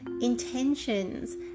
intentions